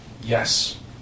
Yes